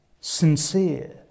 sincere